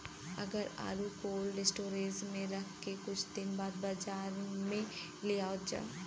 अगर आलू cold storage में रख के कुछ दिन बाद बाजार में लियावल जा?